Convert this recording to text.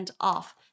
off